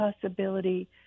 possibility